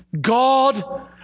God